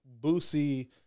Boosie